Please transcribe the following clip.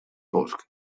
fosc